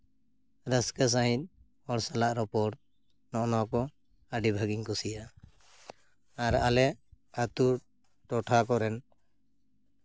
ᱨᱟᱹᱥᱠᱟᱹ ᱥᱟᱺᱦᱤᱡ ᱦᱚᱲ ᱥᱟᱞᱟᱜ ᱨᱚᱯᱚᱲ ᱱᱚᱜᱼᱚ ᱱᱟᱠᱚ ᱟᱹᱰᱤ ᱵᱷᱟᱹᱜᱤᱧ ᱠᱩᱥᱤᱭᱟᱜᱼᱟ ᱟᱨ ᱟᱞᱮ ᱟᱹᱛᱩ ᱴᱚᱴᱷᱟ ᱠᱚᱨᱮᱱ